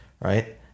right